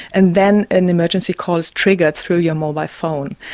and then an emergency call is triggered through your mobile phone.